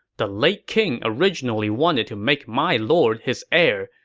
the late king originally wanted to make my lord his heir,